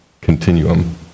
continuum